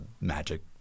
magic